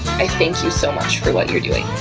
i thank you so much for what you're doing.